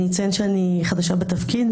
אני אציין שאני חדשה בתפקיד,